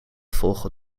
volgen